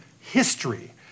history